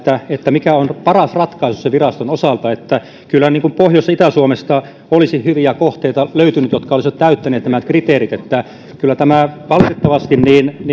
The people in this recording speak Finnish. mikä on paras ratkaisu sen viraston osalta kyllä pohjois ja itä suomesta olisi hyviä kohteita löytynyt jotka olisivat täyttäneet nämä kriteerit kyllä tämä valitettavasti